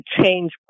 change